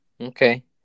Okay